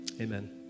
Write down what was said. Amen